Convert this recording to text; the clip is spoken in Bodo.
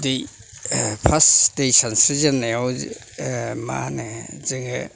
दै फार्स्त दै सानस्रिजेननायाव मा होनो जोङो